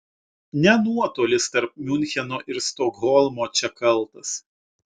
ne nuotolis tarp miuncheno ir stokholmo čia kaltas